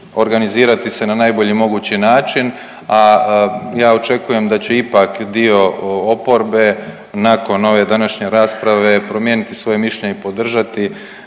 organizirati se na najbolji mogući način, a ja očekujem da će ipak dio oporbe nakon ove današnje rasprave promijeniti svoje mišljenje i podržati